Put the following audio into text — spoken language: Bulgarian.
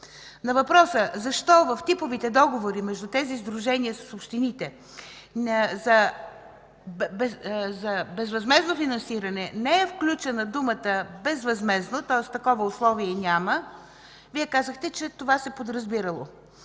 На въпроса защо в типовите договори между тези сдружения с общините за безвъзмездно финансиране не е включена думата „безвъзмездно”, тоест такова условие няма, Вие казахте, че това се подразбирало.